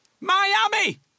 Miami